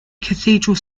cathedral